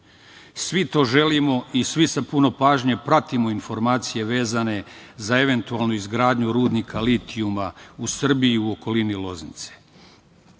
Svi to želimo i svi sa puno pažnje pratimo informacije vezane za eventualnu izgradnju rudnika litijuma u Srbiji i okolini Loznice.